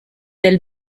del